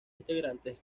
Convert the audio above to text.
integrantes